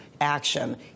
action